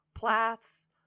Plath's